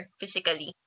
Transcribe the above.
physically